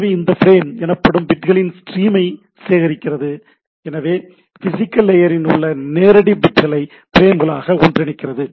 எனவே இது ஃபிரேம் எனப்படும் பிட்களின் ஸ்ட்ரீமை சேகரிக்கிறது எனவே பிசிகல் லேயரில் உள்ள நேரடியான பிட்களை ஃபிரேம்களாக ஒன்றினைக்கிறது